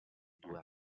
due